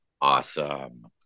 awesome